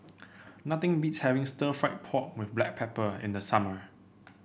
nothing beats having Stir Fried Pork with Black Pepper in the summer